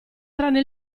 tranne